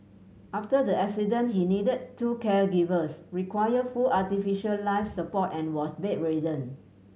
after the accident he needed two caregivers required full artificial life support and was bedridden